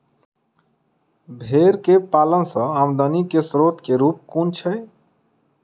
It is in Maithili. भेंर केँ पालन सँ आमदनी केँ स्रोत केँ रूप कुन छैय?